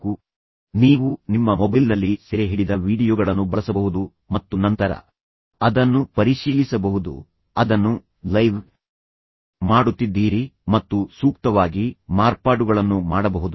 ಇದು ಕನ್ನಡಿಯ ಮುಂದೆ ಇಂದಿನ ಸನ್ನಿವೇಶದಲ್ಲಿ ನೀವು ನಿಮ್ಮ ಮೊಬೈಲ್ನಲ್ಲಿ ಸೆರೆಹಿಡಿದ ವೀಡಿಯೊಗಳನ್ನು ಬಳಸಬಹುದು ಮತ್ತು ನಂತರ ಅದನ್ನು ಪರಿಶೀಲಿಸಬಹುದು ಕನ್ನಡಿಯಂತೆ ಏನೂ ಇಲ್ಲ ಏಕೆಂದರೆ ಅದನ್ನು ಲೈವ್ ಮಾಡುತ್ತಿದ್ದೀರಿ ಮತ್ತು ನೀವು ನೋಡಲು ಇಷ್ಟಪಡದ ಯಾವುದೇ ವಿಷಯಗಳನ್ನು ನೋಡುತ್ತೀರಿ ಮತ್ತು ಸೂಕ್ತವಾಗಿ ಮಾರ್ಪಾಡುಗಳನ್ನು ಮಾಡಬಹುದು